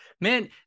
Man